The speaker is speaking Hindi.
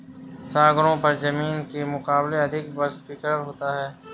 सागरों पर जमीन के मुकाबले अधिक वाष्पीकरण होता है